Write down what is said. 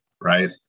right